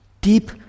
Deep